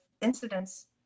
incidents